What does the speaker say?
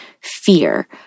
fear